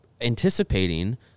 anticipating